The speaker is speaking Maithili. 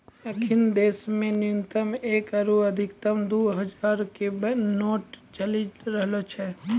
अखनि देशो मे न्यूनतम एक आरु अधिकतम दु हजारो के बैंक नोट चलि रहलो छै